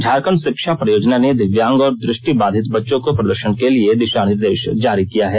झारखंड शिक्षा परियोजना ने दिव्यांग और दृष्टिबाधित बच्चों को प्रदर्शन के लिए दिशा निर्देश जारी किया है